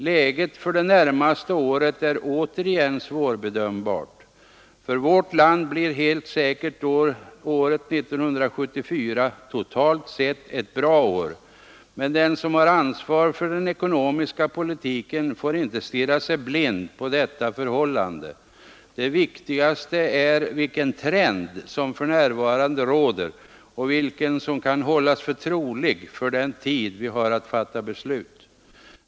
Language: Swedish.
Läget för det närmaste året är återigen svårbedömbart. För vårt land blir helt säkert året 1974 totalt sett ett bra år. Men den som har ansvar för den ekonomiska politiken får inte stirra sig blind på detta förhållande. Det viktigaste är vilken trend som för närvarande råder och vilken som kan anses trolig för den tid vi har att fatta beslut om.